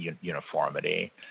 uniformity